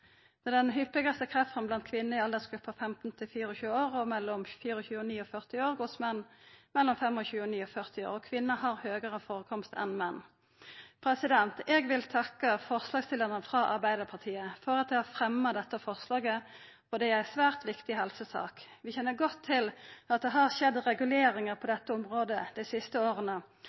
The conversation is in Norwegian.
Det er den hyppigaste kreftforma blant kvinner i aldersgruppa 15–24 år og mellom 25 og 49 år og blant menn mellom 25 og 49 år. Kvinner har òg høgare førekomst enn menn. Eg vil takka forslagsstillarane frå Arbeidarpartiet for at dei har fremja dette forslaget, for det er ei svært viktig helsesak. Vi kjenner godt til at det har skjedd reguleringar på dette området dei siste åra